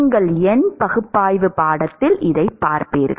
உங்கள் எண் பகுப்பாய்வு பாடத்தில் இதைப் பார்ப்பீர்கள்